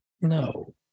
No